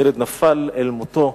הילד נפל אל מותו,